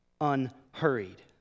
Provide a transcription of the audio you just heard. unhurried